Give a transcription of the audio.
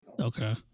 okay